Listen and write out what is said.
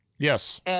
Yes